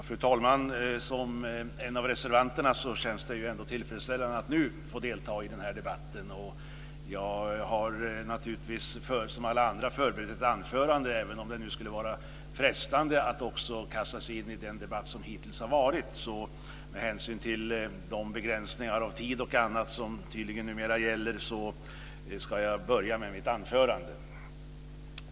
Fru talman! Som en av reservanterna känns det ändå tillfredsställande att nu få delta i den här debatten. Och jag har naturligtvis som alla andra förberett ett anförande. Även om det skulle vara frestande att också kasta sig in i den debatt som hittills har varit så ska jag med hänsyn till de begränsningar av tid och annat som numera tydligen gäller börja med mitt anförande.